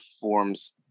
forms